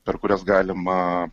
per kurias galima